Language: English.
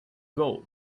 gold